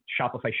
Shopify